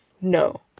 no